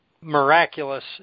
miraculous